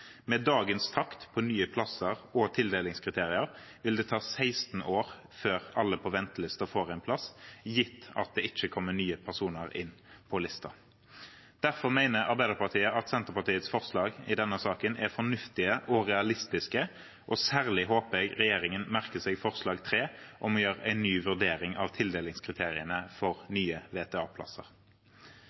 Med dagens takt på nye plasser og tildelingskriterier vil det ta 16 år før alle på ventelisten får en plass, gitt at det ikke kommer nye personer inn på listen. Derfor mener Arbeiderpartiet at Senterpartiets forslag i denne saken er fornuftige og realistiske, og særlig håper jeg regjeringen merker seg forslag nr. 3, om å gjøre en ny vurdering av tildelingskriteriene for nye